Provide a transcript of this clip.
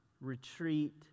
retreat